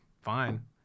fine